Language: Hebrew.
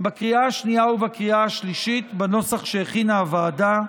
בקריאה השנייה ובקריאה השלישית בנוסח שהכינה הוועדה.